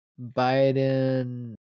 Biden